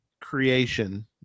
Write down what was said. creation